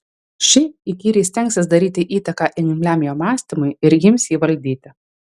ši įkyriai stengsis daryti įtaką imliam jo mąstymui ir ims jį valdyti